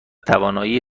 توانایی